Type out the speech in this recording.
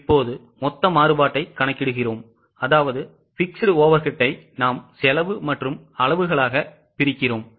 இப்போது மொத்த மாறுபாட்டை கணக்கிடுகிறோம் அதாவது fixed Overheadடை நாம் செலவு மற்றும் அளவுகளாக பிரிக்கிறோம்